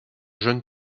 jeunes